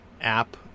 app